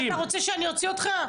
אתה רוצה שאני אוציא אותך?